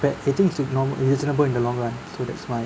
bad I think it's the normal it's reasonable in the long run so that's why